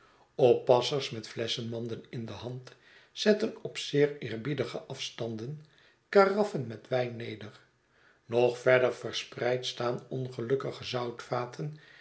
oppassers met flesschenmanden in de hand zetten op zeer eerbiedige afstanden karaffen met wijn neder nog verder verspreid staan ongelukkige